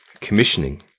commissioning